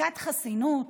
פסקת חסינות,